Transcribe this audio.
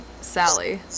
Sally